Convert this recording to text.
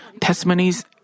testimonies